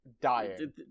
Dying